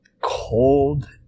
cold